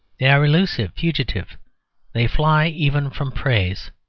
they are elusive, fugitive they fly even from praise.